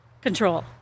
control